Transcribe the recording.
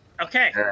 Okay